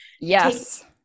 Yes